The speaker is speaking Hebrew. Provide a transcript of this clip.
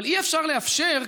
אבל אי-אפשר לאפשר,